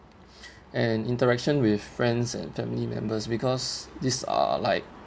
and interaction with friends and family members because these are like